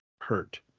hurt